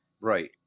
right